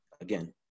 again